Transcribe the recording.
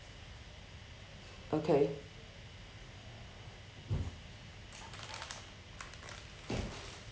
okay